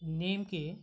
নিমকি